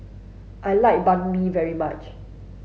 I like Banh Mi very much